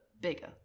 bigger